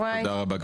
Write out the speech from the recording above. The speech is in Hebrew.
תודה רבה, גברתי.